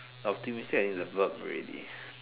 optimistic is a verb already